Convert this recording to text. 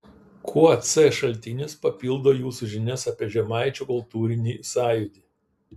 kuo c šaltinis papildo jūsų žinias apie žemaičių kultūrinį sąjūdį